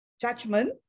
judgment